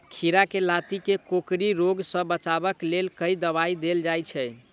खीरा केँ लाती केँ कोकरी रोग सऽ बचाब केँ लेल केँ दवाई देल जाय छैय?